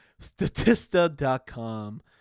Statista.com